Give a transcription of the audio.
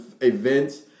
events